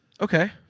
Okay